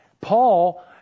Paul